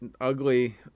ugly